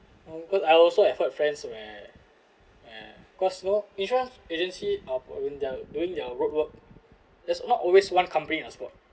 oh I also have friends where where cosmo insurance agency of when they're doing their roadwork there's not always one company a spot